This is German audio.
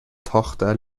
tochter